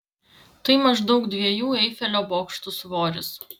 tai maždaug dviejų eifelio bokštų svoris